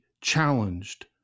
challenged